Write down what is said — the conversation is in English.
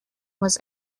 was